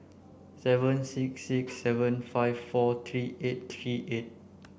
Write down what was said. seven six six seven five four three eight three eight